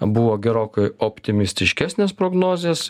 buvo gerokai optimistiškesnės prognozės